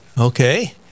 Okay